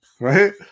Right